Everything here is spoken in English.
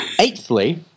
Eighthly